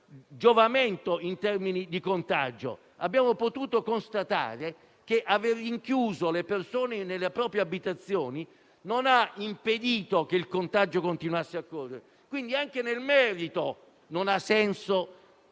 giovamento in termini di contagio. Abbiamo potuto constatare che l'aver rinchiuso le persone nelle proprie abitazioni non ha impedito che il contagio continuasse a correre. Quindi, anche nel merito, non ha senso